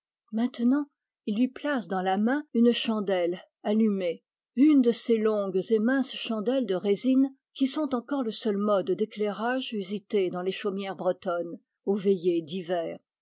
maintenant ils lui placent dans la main une chandelle allumée une de ces longues et minces chandelles de résine qui sont encore le seul mode d'éclairage usité dans les chaumières bretonnes aux veillées d'hiver